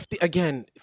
again